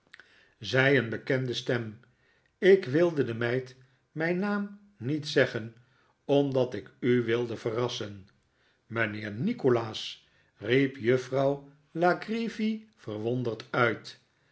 zei een bekende stem ik wilde de meid mijn naam niet zeggen omdat ik u wilde verrassen mijnheer nikolaas riep juffrouw la creevy verwonderd uit